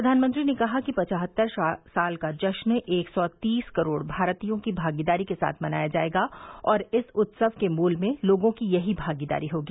प्रधानमंत्री ने कहा कि पचहत्तर साल का जश्न एक सौ तीस करोड़ भारतीयों की भागीदारी के साथ मनाया जायेगा और इस उत्सव के मूल में लोगों की यही भागीदारी होगी